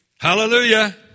hallelujah